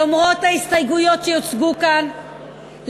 למרות ההסתייגויות שיוצגו כאן,